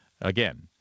Again